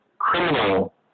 criminal